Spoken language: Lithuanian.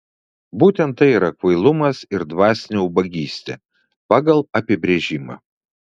būtent tai yra kvailumas ir dvasinė ubagystė pagal apibrėžimą